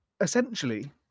Essentially